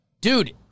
dude